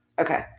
Okay